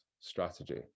strategy